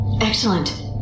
Excellent